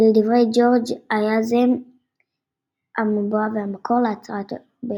ולדברי ג'ורג' זה היה "המבוע והמקור" להצהרת בלפור.